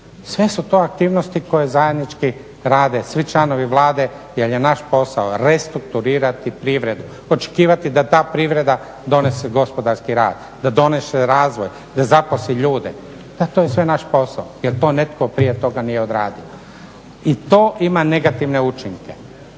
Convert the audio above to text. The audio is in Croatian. sve su to aktivnosti koje zajednički rade svi članovi Vlade jel je naš posao restrukturirati privredu. Očekivati da ta privreda donese gospodarski rast, da donese razvoj, da zaposli ljude, da to je sve naš posao jer to netko prije toga nije odradio. I to ima negativne učinke.